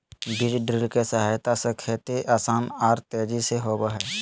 बीज ड्रिल के सहायता से खेती आसान आर तेजी से होबई हई